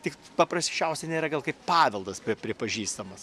tik paprasčiausiai nėra gal kaip paveldas pri pripažįstamas